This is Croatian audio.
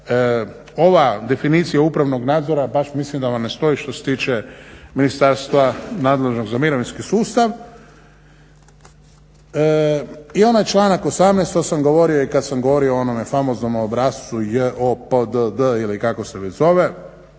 ova definicija upravnog nadzora baš mislim da vam ne stoji što se tiče ministarstva nadležnog za mirovinski sustav. I onaj članak 18., to sam govorio i kad sam govorio o onom famoznog obrascu JOPDD ili kako se već zove,